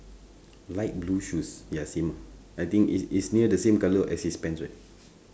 light blue shoes ya same I think is is near the same colour as his pants right